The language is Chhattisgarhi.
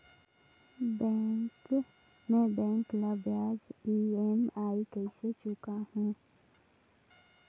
मैं बैंक ला ब्याज ई.एम.आई कइसे चुकाहू?